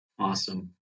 Awesome